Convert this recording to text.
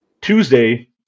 Tuesday